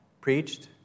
preached